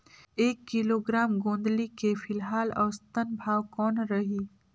एक किलोग्राम गोंदली के फिलहाल औसतन भाव कौन रही?